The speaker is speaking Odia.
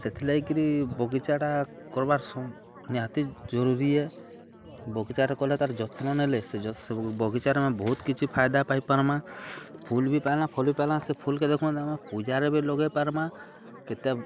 ସେଥିର୍ଲାଗି କିିରି ବଗିଚାଟା କର୍ବାର୍ ନିହାତି ଜରୁରୀ ବଗିଚାରେ କଲେ ତା'ର ଯତ୍ନ ନେଲେ ସେ ବଗିଚାରେ ଆମେ ବହୁତ୍ କିଛି ଫାଇଦା ପାଇପାର୍ମା ଫୁଲ୍ ବି ପାଇଲା ଫୁଲ୍ ବି ପାଇଲା ସେ ଫୁଲ୍କେ ଦେଖୁନ୍ ଆମେ ପୂଜାରେ ବି ଲଗେଇ ପାର୍ମା କେତେ